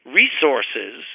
resources